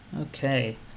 okay